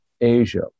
Asia